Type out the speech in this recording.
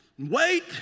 Wait